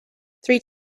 three